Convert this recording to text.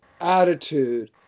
attitude